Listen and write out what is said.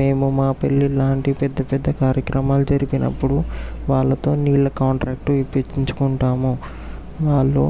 మేము మా పెళ్లి లాంటి పెద్ద పెద్ద కార్యక్రమాలు జరిగినప్పుడు వాళ్ళతో నీళ్ల కాంట్రాక్టు ఇప్పించుకుంటాము వాళ్ళు